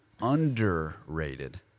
underrated